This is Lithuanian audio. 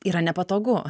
yra nepatogu